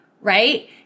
right